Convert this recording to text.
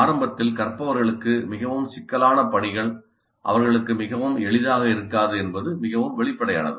ஆரம்பத்தில் கற்பவர்களுக்கு மிகவும் சிக்கலான பணிகள் அவர்களுக்கு மிகவும் எளிதாக இருக்காது என்பது மிகவும் வெளிப்படையானது